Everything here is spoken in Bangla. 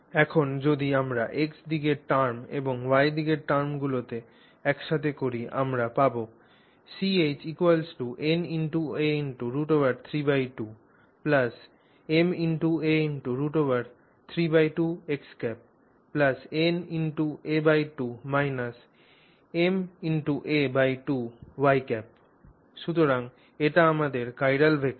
এখন যদি আমরা X দিকের টার্ম এবং Y দিকের টার্মগুলিতে একসাথে করি আমরা পাব Ch na√32ma√32na2 ma2 সুতরাং এটি আমাদের চিরাল ভেক্টর